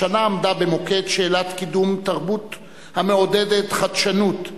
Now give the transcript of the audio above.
השנה עמדה במוקד שאלת קידום תרבות המעודדת חדשנות,